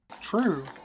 True